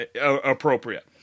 appropriate